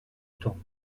temps